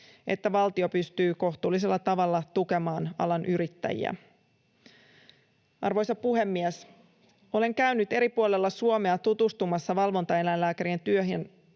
että valtio pystyy kohtuullisella tavalla tukemaan alan yrittäjiä. Arvoisa puhemies! Olen käynyt eri puolilla Suomea tutustumassa valvontaeläinlääkä-rien työhön,